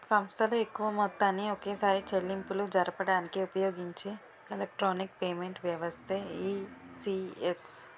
సంస్థలు ఎక్కువ మొత్తాన్ని ఒకేసారి చెల్లింపులు జరపడానికి ఉపయోగించే ఎలక్ట్రానిక్ పేమెంట్ వ్యవస్థే ఈ.సి.ఎస్